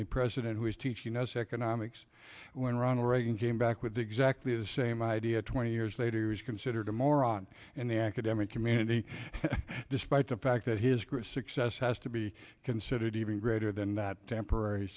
a president who was teaching us economics when ronald reagan came back with exactly the same idea twenty years later he was considered a moron in the academic community despite the fact that his great success has to be considered even greater than that temporary